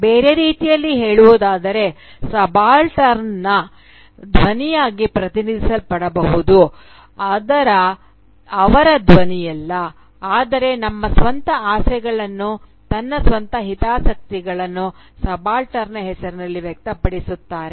ಬೇರೆ ರೀತಿಯಲ್ಲಿ ಹೇಳುವುದಾದರೆ ಸಬಾಲ್ಟರ್ನ್ನ ಧ್ವನಿಯಾಗಿ ಪ್ರತಿನಿಧಿಸಲ್ಪಡುವುದು ಅವರ ಧ್ವನಿಯಲ್ಲ ಆದರೆ ತಮ್ಮ ಸ್ವಂತ ಆಸೆಗಳನ್ನು ತನ್ನ ಸ್ವಂತ ಹಿತಾಸಕ್ತಿಗಳನ್ನು ಸಬಾಲ್ಟರ್ನ್ನ ಹೆಸರಿನಲ್ಲಿ ವ್ಯಕ್ತಪಡಿಸುತ್ತಾರೆ